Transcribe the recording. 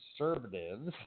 conservatives